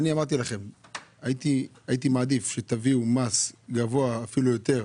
אבל אני הייתי מעדיף שתביאו מס גבוה יותר.